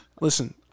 Listen